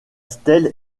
stèle